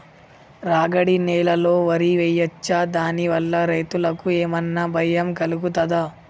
రాగడి నేలలో వరి వేయచ్చా దాని వల్ల రైతులకు ఏమన్నా భయం కలుగుతదా?